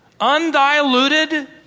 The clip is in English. Undiluted